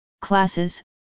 classes